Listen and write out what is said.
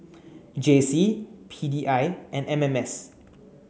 J C P D I and M M S